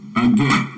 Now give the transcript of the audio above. again